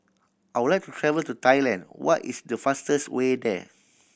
I would like to travel to Thailand what is the fastest way there